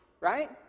Right